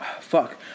fuck